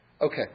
Okay